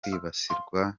kwibasirwa